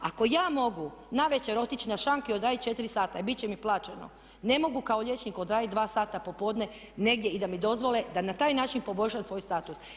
Ako ja mogu navečer otići na šank i odraditi 4 sata i bit će mi plaćeno, ne mogu kao liječnik odraditi 2 sata popodne negdje i da mi dozvole da na taj način poboljšam svoj status.